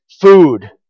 food